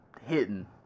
hitting